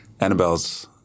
Annabelle's